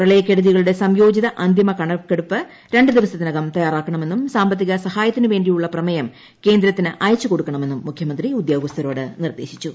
പ്രളയക്കെടുതികളുടെ സംയോജിത്രിഅന്തിമ കണക്കെടുപ്പ് രണ്ടു ദിവസത്തിനകം തയ്യാറാക്കണമെന്നും സാമ്പത്തിക സഹായത്തിനുവേണ്ടിയുള്ള പ്രിമേയ് കേന്ദ്രത്തിന് അയച്ചുകൊടുക്കണമെന്നും ്മുഖ്യമന്ത്രി ഉദ്യോഗസ്ഥരോട് നിർദ്ദേശിച്ചു